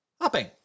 hopping